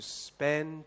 spend